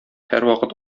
һәрвакыт